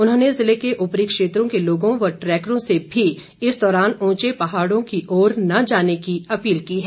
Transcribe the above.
उन्होंने ज़िले के ऊपरी क्षेत्रों के लोगों व ट्रैकरों से भी इस दौरान ऊंचे पहाड़ों की ओर न जाने की अपील की है